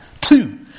Two